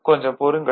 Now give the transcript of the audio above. கொஞ்சம் பொறுங்கள்